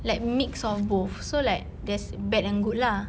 like mix of both so like there's bad and good lah